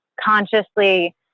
consciously